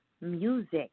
music